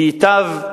וייטב,